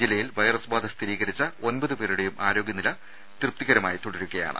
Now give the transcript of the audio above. ജില്ലയിൽ വൈറസ് ബാധ സ്ഥിരീകരിച്ച ഒമ്പതുപേരുടെയും ആരോഗ്യനില തൃപ്തികരമായി തുടരുകയാണ്